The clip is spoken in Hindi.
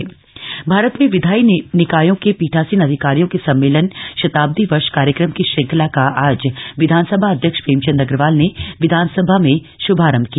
शताब्दी वर्ष कार्यक्रम भारत में विधायी निकायों के पीठासीन अधिकारियों के सम्मेलन शताब्दी वर्ष कार्यक्रम की श्रंखला का आज विधानसभा अध्यक्ष प्रेमचंद अग्रवाल ने विधानसभा में शुभारंभ किया